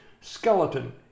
skeleton